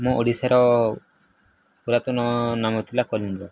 ମୋ ଓଡ଼ିଶାର ପୁରାତନ ନାମ ଥିଲା କଳିଙ୍ଗ